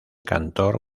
cantor